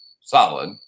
solid